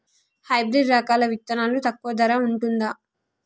Hybrid రకాల విత్తనాలు తక్కువ ధర ఉంటుందా?